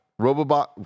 robobot